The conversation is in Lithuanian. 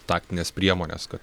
taktinės priemonės kad